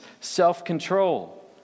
self-control